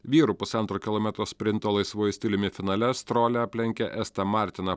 vyrų pusantro kilometro sprinto laisvuoju stiliumi finale strolia aplenkė estą martiną